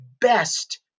best